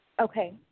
Okay